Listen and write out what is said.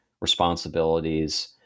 responsibilities